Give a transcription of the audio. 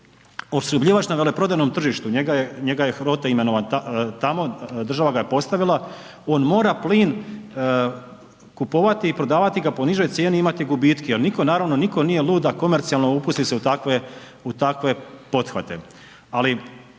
opskrbljivač na veleprodajnom tržištu, njega je Hrote imenovan tamo, država ga je postavila, on mora plin kupovati i prodavati ga po nižoj cijeni, imati gubitke jer nitko, naravno, nitko nije lud da komercionalno upusti se u takve pothvate.